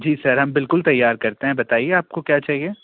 जी sir हम बिल्कुल तैयार करते हैं बताइए आपको क्या चाहिए